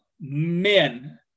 men